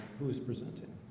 who is presenting